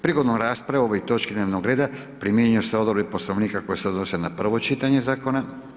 Prigodom rasprave o ovoj točki dnevnog reda, primjenjuju se odredbe Poslovnika koji se odnose na prvo čitanje Zakona.